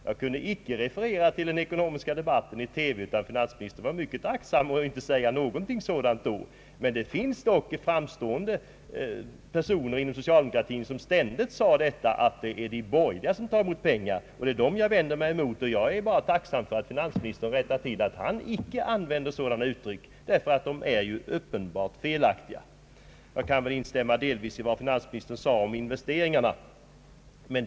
Jag kunde inte referera till den ekonomiska debatten i TV — finansministern var aktsam nog att inte säga någonting sådant då. Men det finns framstående personer inom socialdemokratin, som ständigt säger att de borgerliga tar emot pengar. Det är dem jag vänder mig emot, och jag är bara tacksam för att finansministern rättar till det hela och inte använder sådana uttryck, eftersom de är uppenbart felaktiga. När det gäller investeringarna kan jag delvis instämma i vad finansministern sade.